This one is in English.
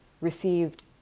received